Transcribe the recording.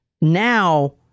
Now